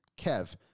Kev